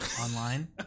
online